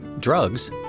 drugs